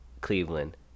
Cleveland